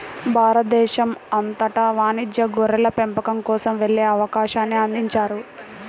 భారతదేశం అంతటా వాణిజ్య గొర్రెల పెంపకం కోసం వెళ్ళే అవకాశాన్ని అందించారు